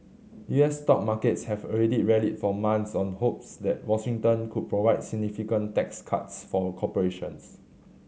U S stock markets have already rallied for months on hopes that Washington could provide significant tax cuts for corporations